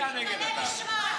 תצביע נגד אתה.